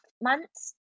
months